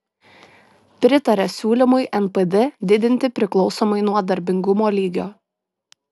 pritaria siūlymui npd didinti priklausomai nuo darbingumo lygio